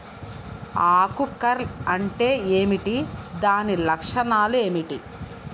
ఆకు కర్ల్ అంటే ఏమిటి? దాని లక్షణాలు ఏమిటి?